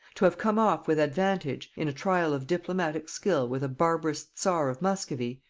to have come off with advantage in a trial of diplomatic skill with a barbarous czar of muscovy,